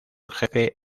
jefe